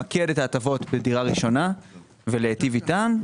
למקד את ההטבות בדירה ראשונה ולהיטיב איתם,